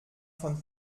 von